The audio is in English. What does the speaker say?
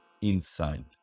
inside